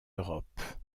europe